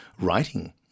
writing